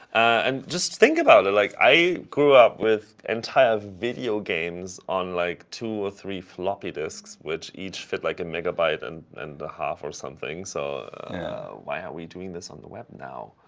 and just think about it. like i grew up with entire video games on like two or three floppy disks which each fit like a megabyte and and a half or something. so why are we doing this on the web now?